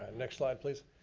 ah next slide please.